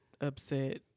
upset